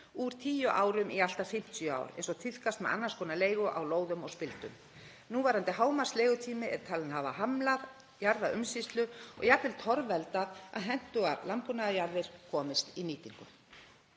úr tíu árum í allt að 50 ár, eins og tíðkast með annars konar leigu á lóðum og spildum. Núverandi hámarksleigutími er talinn hafa hamlað jarðaumsýslu og jafnvel torveldað að hentugar landbúnaðarjarðir komist í nýtingu.